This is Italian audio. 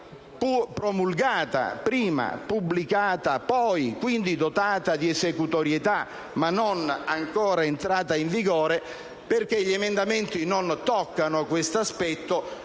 pur promulgata prima e pubblicata poi, quindi dotata di esecutorietà, ma non ancora entrata in vigore, perché gli emendamenti non toccano questo aspetto,